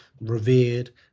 revered